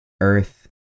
earth